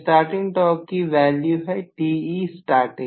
यह starting torque की value है Te starting